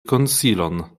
konsilon